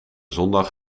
zondag